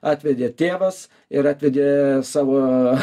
atvedė tėvas ir atvedė savo